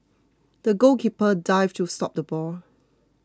the goalkeeper dived to stop the ball